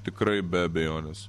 tikrai be abejonės